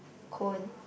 cone